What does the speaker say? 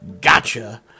Gotcha